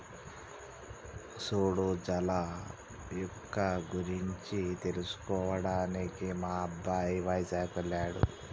సూడు జల మొక్క గురించి తెలుసుకోవడానికి మా అబ్బాయి వైజాగ్ వెళ్ళాడు